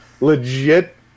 Legit